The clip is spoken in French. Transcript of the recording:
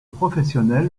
professionnel